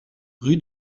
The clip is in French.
rue